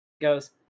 goes